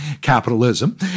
capitalism